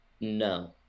No